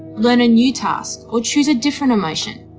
learn a new task, or choose a different emotion.